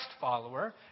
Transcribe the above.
follower